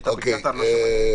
היית בקטאר, לא שמעתי.